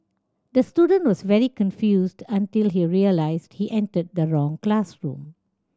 the student was very confused until he realised he entered the wrong classroom